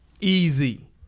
Easy